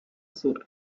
sur